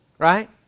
Right